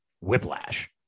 whiplash